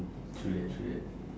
true that true that